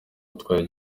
utwaye